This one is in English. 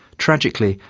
tragically,